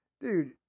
Dude